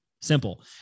simple